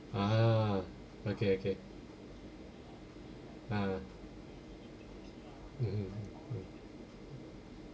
ah okay okay ah mmhmm